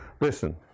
Listen